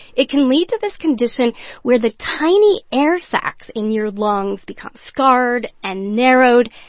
it can lead to this condition where the tiny air sacs in your lungs become scarred and narrowed.